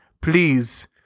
please